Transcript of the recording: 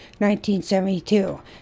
1972